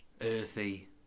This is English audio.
Earthy